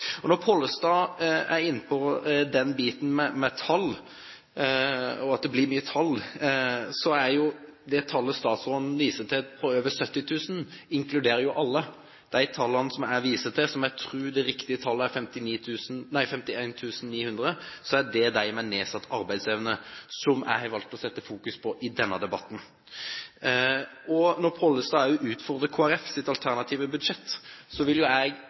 Når representanten Pollestad er inne på biten med tall, og at det blir mye tall, inkluderer det tallet statsråden viser til på over 70 000, alle. De tallene som jeg viser til, jeg tror et riktig tall er 51 900, gjelder dem med nedsatt arbeidsevne, som jeg har valgt å sette fokus på i denne debatten. Når Pollestad også utfordrer Kristelig Folkepartis alternative budsjett, vil jeg understreke at det som er min hovedbekymring, er hva som skjer i revidert. For ja, Kristelig Folkepartis budsjett viser en retning, og jeg